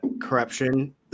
corruption